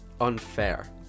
unfair